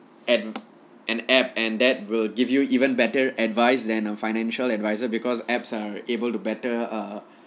app an app and that will give you even better advice than a financial advisor because apps are able to better err